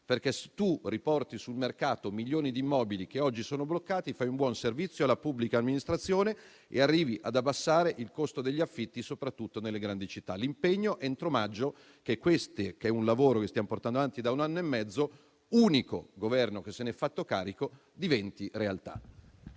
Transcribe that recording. se si riportano sul mercato milioni di immobili che oggi sono bloccati, si fa un buon servizio alla pubblica amministrazione e si arriva ad abbassare il costo degli affitti, soprattutto nelle grandi città. L'impegno entro maggio è che questo lavoro che stiamo portando avanti da un anno e mezzo - unico Governo che se n'è fatto carico - diventi realtà.